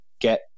get